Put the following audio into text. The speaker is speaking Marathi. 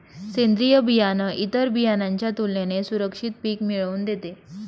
सेंद्रीय बियाणं इतर बियाणांच्या तुलनेने सुरक्षित पिक मिळवून देते